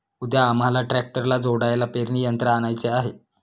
उद्या आम्हाला ट्रॅक्टरला जोडायला पेरणी यंत्र आणायचे आहे